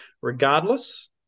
Regardless